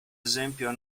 esempio